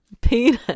Peter